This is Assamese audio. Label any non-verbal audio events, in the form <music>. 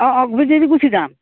অঁ <unintelligible> গুচি যাম